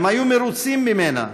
הם היו מרוצים ממנה,